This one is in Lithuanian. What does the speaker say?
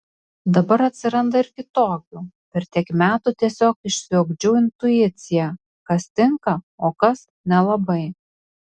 dabar atsiranda ir kitokių per tiek metų tiesiog išsiugdžiau intuiciją kas tinka o kas nelabai